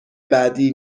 بعدی